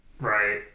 Right